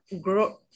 grow